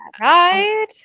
right